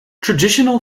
traditional